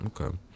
Okay